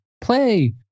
Play